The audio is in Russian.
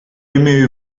имею